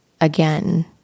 again